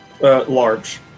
large